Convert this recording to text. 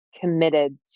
committed